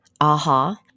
aha